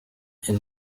iyi